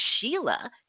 Sheila